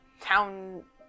town